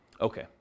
Okay